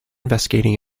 investigating